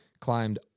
Climbed